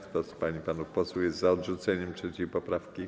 Kto z pań i panów posłów jest za odrzuceniem 3. poprawki?